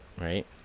right